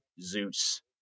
Zeus